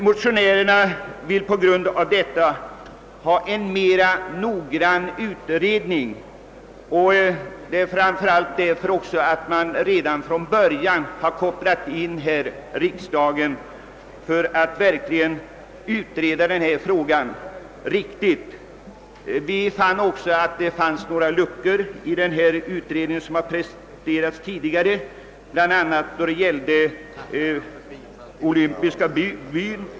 Motionärerna önskar i anledning därav att en mera noggrann utredning företas, och det är framför allt på grund därav som man redan från början velat koppla in riksdagen i ärendet, så att frågan verkligen blir grundligt utredd. Vi'har funnit behov föreligga av ytterligare upplysningar utöver dem som den tidigare utredningen tagit med, bl.a. beträffande den olympiska byn.